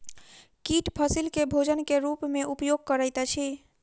कीट फसील के भोजन के रूप में उपयोग करैत अछि